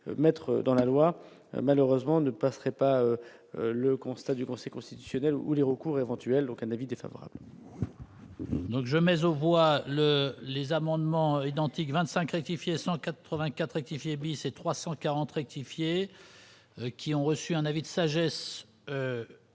mettre dans la loi, malheureusement, ne passerait pas le constat du Conseil constitutionnel ou les recours éventuels aucun avis défavorable. Donc jamais au bois le les amendements identiques 25 rectifier 184 rectifier bis et 340 rectifier qui ont reçu un avis de sagesse